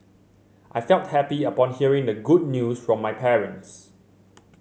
I felt happy upon hearing the good news from my parents